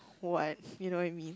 what you know what I mean